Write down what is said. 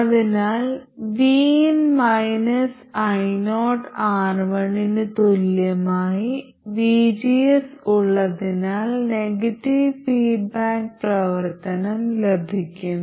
അതിനാൽ vin ioR1 ന് തുല്യമായി vgs ഉള്ളതിനാൽ നെഗറ്റീവ് ഫീഡ്ബാക്ക് പ്രവർത്തനം ലഭിക്കും